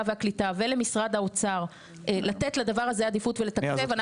והקליטה ולמשרד האוצר לתת לדבר הזה עדיפות ולתקצב,